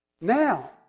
Now